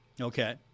Okay